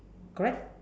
correct